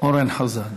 אורן חזן.